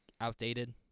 outdated